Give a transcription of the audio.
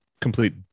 complete